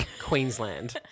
Queensland